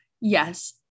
Yes